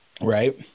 right